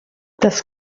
das